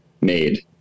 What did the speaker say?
made